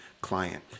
client